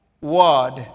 word